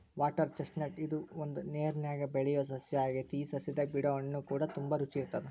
water chestnut ಇದು ಒಂದು ನೇರನ್ಯಾಗ ಬೆಳಿಯೊ ಸಸ್ಯ ಆಗೆತಿ ಈ ಸಸ್ಯದಾಗ ಬಿಡೊ ಹಣ್ಣುಕೂಡ ತುಂಬಾ ರುಚಿ ಇರತ್ತದ